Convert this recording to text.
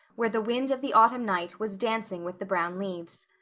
where the wind of the autumn night was dancing with the brown leaves.